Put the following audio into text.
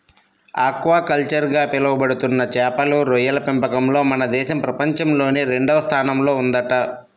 aquaculture గా పిలవబడుతున్న చేపలు, రొయ్యల పెంపకంలో మన దేశం ప్రపంచంలోనే రెండవ స్థానంలో ఉందంట